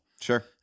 Sure